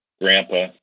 grandpa